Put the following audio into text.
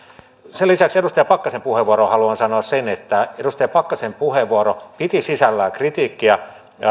sen lisäksi edustaja pakkasen puheenvuoroon haluan sanoa sen että edustaja pakkasen puheenvuoro piti sisällään kritiikkiä